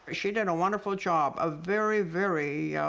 she did a wonderful job. a very, very,